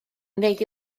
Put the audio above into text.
wneud